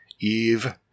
Eve